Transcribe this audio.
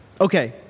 Okay